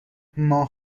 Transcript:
ماه